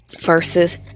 versus